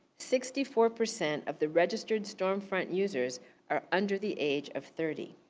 sixty four percent of the registered storm front users are under the age of thirty.